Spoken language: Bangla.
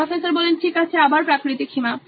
প্রফেসর ঠিক আছে আবার প্রাকৃতিক সীমা